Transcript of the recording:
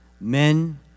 men